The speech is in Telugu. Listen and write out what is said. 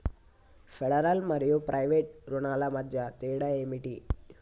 ఫెడరల్ మరియు ప్రైవేట్ రుణాల మధ్య తేడా ఏమిటి?